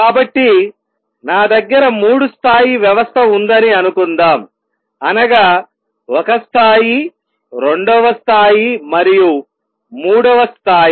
కాబట్టి నా దగ్గర మూడు స్థాయి వ్యవస్థ ఉందని అనుకుందాం అనగా ఒక స్థాయి రెండవ స్థాయి మరియు మూడవ స్థాయి